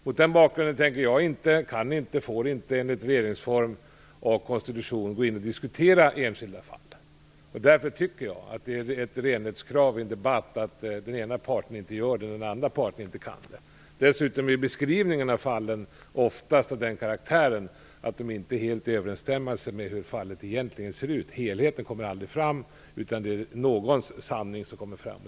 Mot den bakgrunden tänker, får och kan jag inte, enligt vår konstitution och regeringsformen, diskutera enskilda fall. Därför tycker jag att det är ett renlighetskrav i en debatt att den ena parten inte gör det när den andra parten inte kan göra det. Dessutom blir beskrivningen av fallen oftast av den karaktären att den inte är helt i överensstämmelse med hur fallet egentligen ser ut. Helheten kommer aldrig fram, utan det är någons sanning som kommer fram.